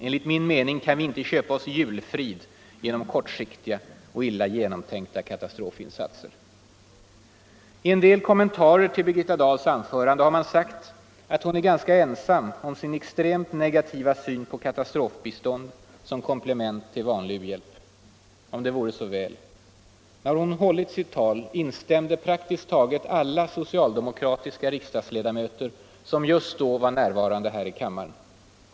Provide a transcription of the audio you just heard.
—- Enligt min mening kan vi inte köpa oss julfrid genom kortsiktiga och illa genomtänkta katastrofinsatser.” I en del kommentarer till Birgitta Dahls anförande har man sagt att hon är ganska ensam om sin extremt negativa syn på katastrofbistånd som komplement till vanlig u-hjälp. Om det vore så väl. När hon hållit sitt tal instämde praktiskt taget alla socialdemokratiska riksdagsledamöter som just då var närvarande här i kammaren.